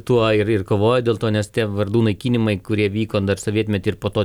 tuo ir kovoja dėl to nes tie vardų naikinimai kurie vyko dar sovietmetį ir po to